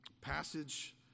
Passage